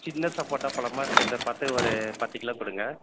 சின்ன சப்போட்டா பழமாக இருக்கிறதாக பார்த்து ஒரு பத்து கிலோ கொடுங்க